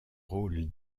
rôle